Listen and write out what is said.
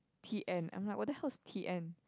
T_N I'm like what the hell is T_N